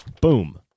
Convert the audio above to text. Boom